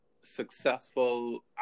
successful